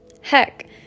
Heck